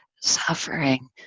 suffering